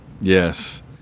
yes